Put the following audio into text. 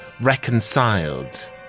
reconciled